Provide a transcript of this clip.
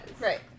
Right